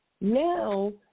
now